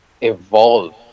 Evolve